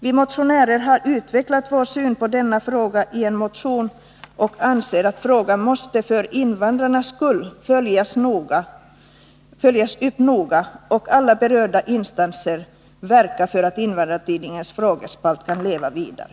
Vi har utvecklat vår syn på denna fråga i en motion och anser att för invandrarnas skull måste frågan följas upp noga och alla berörda instanser verka för att Invandrartidningens frågespalt kan leva vidare.